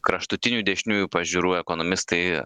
kraštutinių dešiniųjų pažiūrų ekonomistai